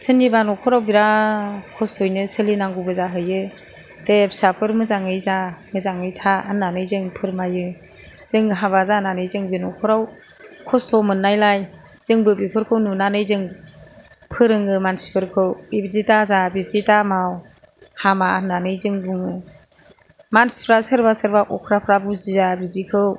सोरनिबा नखराव बिराद खस्थ'यैनो सोलिनांगौबो जाहैयो दे फिसाफोर मोजाङै जा मोजाङै था होन्नानै जों फोरमायो जों हाबा जानानै जों बे नखराव खस्थ' मोन्नायलाय जोंबो बेफोरखौ नुनानै जों फोरोङो मानसिफोरखौ बेबायदि दाजा बिदि दामाव हामा होनानै जों बुङो मानसिफ्रा सोरबा सोरबा अख्राफोरा बुजिया बिदिखौ